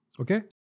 Okay